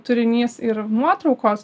turinys ir nuotraukos